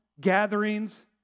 gatherings